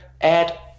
add